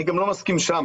אני גם לא מסכים שם,